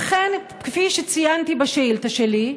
אכן, כפי שציינתי בשאילתה שלי,